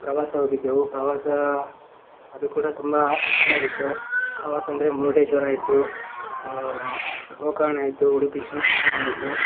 ಪ್ರವಾಸ ಹೋಗಿದ್ದೆವು ಪ್ರವಾಸ ಅದು ಕೂಡ ತುಂಬ ಚೆನ್ನಾಗಿತ್ತು ಪ್ರವಾಸ ಅಂದರೆ ಮುರುಡೇಶ್ವರ ಆಯಿತು ಗೋಕರ್ಣ ಆಯಿತು ಉಡುಪಿ ಶ್ರೀಕೃಷ್ಣ ಆಯಿತು